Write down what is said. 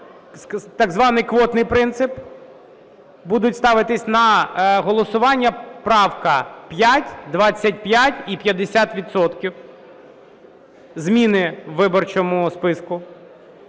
так званий квотний принцип. Будуть ставитись на голосування правка 5, 25 і 50 відсотків, зміни у виборчому списку.